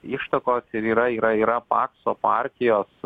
ištakos ir yra yra yra pakso partijos